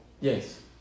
yes